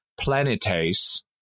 planetes